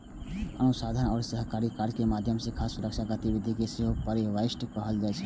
अनुसंधान आ सहकारी कार्यक माध्यम सं खाद्य सुरक्षा गतिविधि कें सेहो प्रीहार्वेस्ट कहल जाइ छै